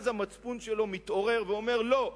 אז מתעורר המצפון שלו ואומר: לא,